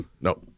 No